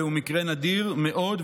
זהו מקרה נדיר מאוד,